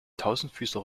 tausendfüßler